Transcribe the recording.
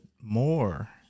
more